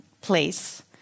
place